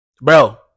Bro